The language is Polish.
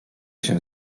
się